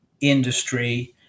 industry